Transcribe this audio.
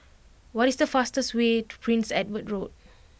what is the fastest way to Prince Edward Road